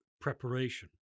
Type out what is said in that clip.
preparation